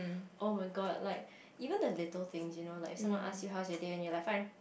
oh-my-god like even the little thing you know like someone ask you how's your day and you like fine